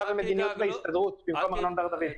ומדיניות בהסתדרות במקום ארנון בר דוד.